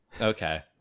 Okay